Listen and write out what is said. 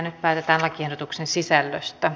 nyt päätetään lakiehdotuksen sisällöstä